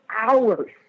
hours